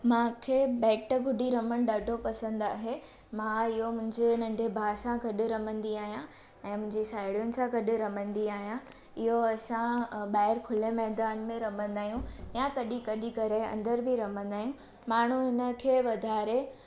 मूंखे बैट गुॾी रमन ॾाढो पसंदि आहे मां इहो मुंहिंजे नंढे भाउ सां रमंदी आहियां ऐं मुंहिंजी साहिड़ियुनि सां गॾु रमंदी आहियां इहो असां ॿाहिरि खुले मैदान में रमंदा आहियूं या कॾहिं कॾहिं करे अंदर बि रमंदा आहियूं माण्हू उनखे वधारे